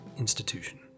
institution